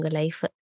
life